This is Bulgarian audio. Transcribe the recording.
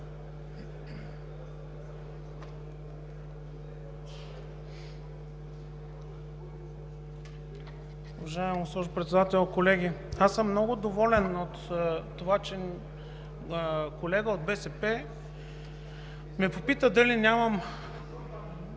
Уважаема госпожо Председател, колеги! Аз съм много доволен от това, че колега от БСП ме попита дали нямам